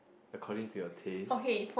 according to your taste